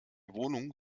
wohnung